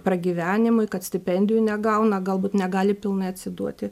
pragyvenimui kad stipendijų negauna galbūt negali pilnai atsiduoti